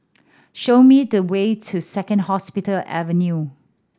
show me the way to Second Hospital Avenue